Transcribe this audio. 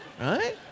right